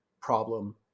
problem